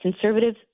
conservatives